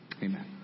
Amen